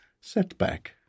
setback